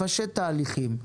לפשט תהליכים.